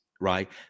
right